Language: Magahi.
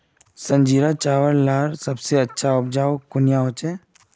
संजीरा चावल लार सबसे अच्छा उपजाऊ कुनियाँ होचए?